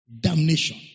damnation